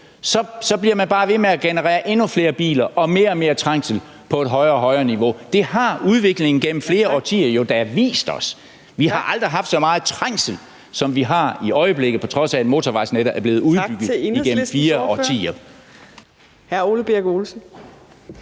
så bliver man bare ved med at generere endnu flere biler og mere og mere trængsel på et højere og højere niveau. Det har udviklingen gennem flere årtier jo da vist os. Vi har aldrig haft så meget trængsel, som vi har i øjeblikket, på trods af at motorvejsnettet er blevet udbygget igennem fire årtier.